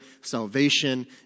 salvation